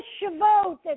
Shavuot